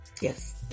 Yes